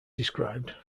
described